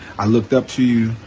i looked up to you,